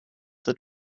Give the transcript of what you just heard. that